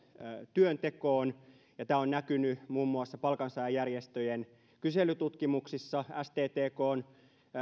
työntekoon ja tämä on näkynyt muun muassa palkansaajajärjestöjen kyselytutkimuksissa sttkn